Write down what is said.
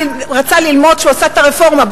כשרצה לעשות את הרפורמה,